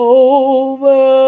over